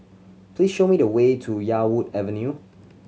please show me the way to Yarwood Avenue